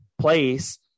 place